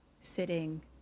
sitting